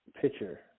pitcher